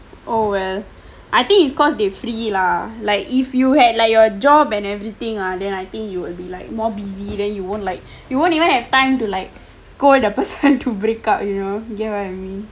oh well I think it's cause they free lah like if you had like your job and everything ah then I think you will be like more busy then you won't like you won't even have time to like scold the person to break up you know you get what I mean